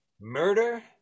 Murder